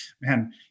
Man